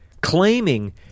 claiming